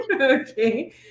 Okay